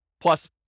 plus